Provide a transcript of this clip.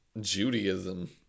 Judaism